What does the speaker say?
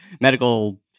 medical